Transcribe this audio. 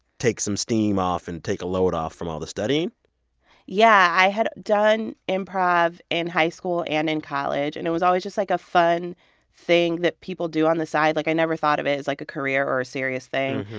take some steam off and take a load off from all the studying yeah, i had done improv in high school and in college. and it was always just, like, a fun thing that people do on the side. like, i never thought of it as, like, a career or a serious thing.